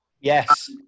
Yes